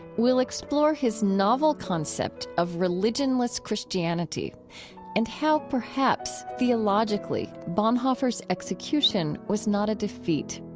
we'll explore his novel concept of religionless christianity and how, perhaps theologically, bonhoeffer's execution was not a defeat